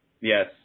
Yes